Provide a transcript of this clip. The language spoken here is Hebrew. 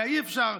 אי-אפשר,